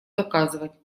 доказывать